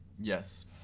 yes